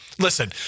Listen